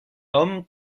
hom